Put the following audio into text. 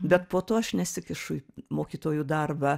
bet po to aš nesikišu į mokytojų darbą